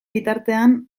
bitartean